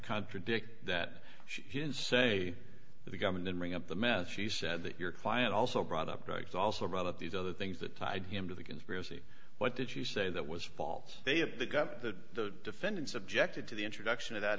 contradict that she didn't say the government bring up the mess she said that your client also brought up drugs also brought up these other things that tied him to the conspiracy what did she say that was false they have got the defendants objected to the introduction of that